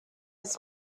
his